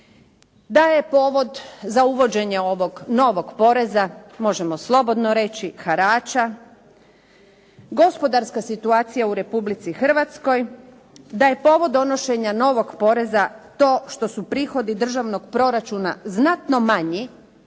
da je povod za uvođenje ovog novog poreza, možemo slobodno reći harača, gospodarska situacija u Republici Hrvatskoj, da je povod donošenja novog poreza to što su prihodi državnog proračuna znatno manji,